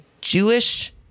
Jewish